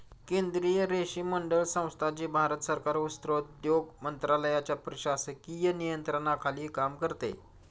केंद्रीय रेशीम मंडळ संस्था, जी भारत सरकार वस्त्रोद्योग मंत्रालयाच्या प्रशासकीय नियंत्रणाखाली काम करते